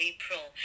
April